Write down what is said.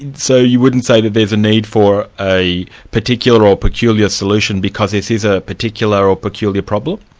so you wouldn't say that there's a need for a particular or peculiar solution because this is a particular or peculiar problem?